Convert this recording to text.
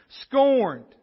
scorned